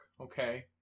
Okay